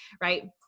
right